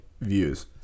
views